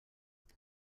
what